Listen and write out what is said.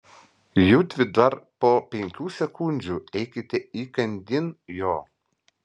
judvi dar po penkių sekundžių eikite įkandin jo